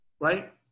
right